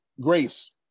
Grace